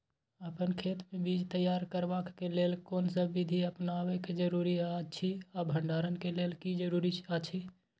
अपन खेत मे बीज तैयार करबाक के लेल कोनसब बीधी अपनाबैक जरूरी अछि आ भंडारण के लेल की जरूरी अछि?